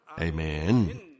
Amen